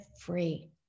free